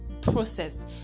process